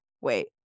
wait